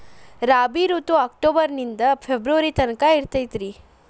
ರಾಬಿ ಋತು ಅಕ್ಟೋಬರ್ ನಿಂದ ಫೆಬ್ರುವರಿ ತನಕ ಇರತೈತ್ರಿ